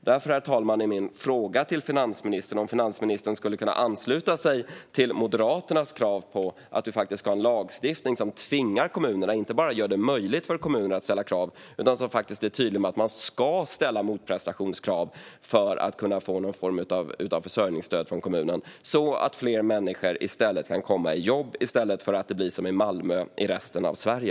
Därför, herr talman, är min fråga till finansministern om hon skulle kunna ansluta sig till Moderaternas krav att vi ska ha lagstiftning som inte bara gör det möjligt för kommunerna att ställa krav utan faktiskt är tydlig med att de ska ställa krav på motprestation för att bevilja någon form av försörjningsstöd. På så sätt kan fler människor komma i jobb i stället för att det ska bli som i Malmö även i resten av Sverige.